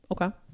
okay